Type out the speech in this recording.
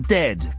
dead